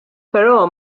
però